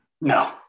No